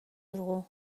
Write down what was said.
dugu